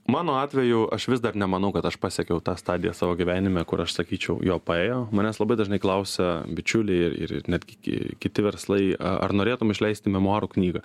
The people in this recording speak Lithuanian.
mano atveju aš vis dar nemanau kad aš pasiekiau tą stadiją savo gyvenime kur aš sakyčiau jo paėjo manęs labai dažnai klausia bičiuliai ir ir netgi kiti verslai ar norėtum išleisti memuarų knygą